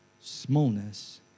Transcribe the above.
smallness